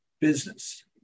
business